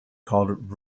called